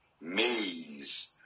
maze